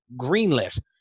greenlit